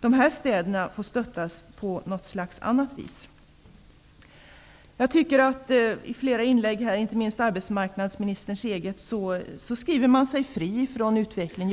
Dessa städer får stöttas på något annat vis. I flera inlägg, och inte minst i arbetsmarknadsministerns eget inlägg, skriver man sig fri från ansvar för utvecklingen.